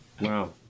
Wow